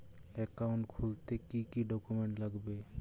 Account খুলতে কি কি ডকুমেন্ট লাগবে?